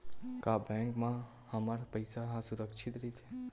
का बैंक म हमर पईसा ह सुरक्षित राइथे?